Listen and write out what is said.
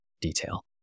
detail